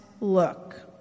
look